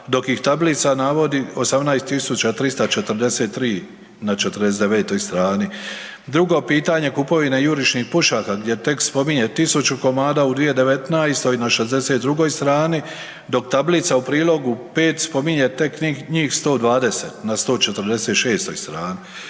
dok ih tablica navodi 18.343 na 49. strani. Drugo pitanje kupovine jurišnih pušaka gdje tekst spominje 1.000 komada u 2019. na 62. strani dok tablica u prilogu 5. spominje tek njih 120 na 146. strani